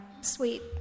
sweet